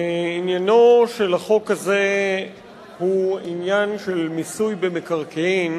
תודה רבה, עניינו של החוק הזה הוא מיסוי מקרקעין,